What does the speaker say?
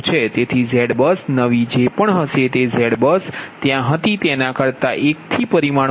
તેથી Z bus નવી જે પણ હશે તે ZBUS ત્યાં જે હતી તેના કરતા પરિમાણ એકથી વધ્યું છે